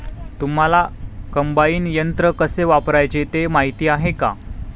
तुम्हांला कम्बाइन यंत्र कसे वापरायचे ते माहीती आहे का?